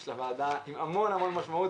יש לה ועדה עם המון משמעות,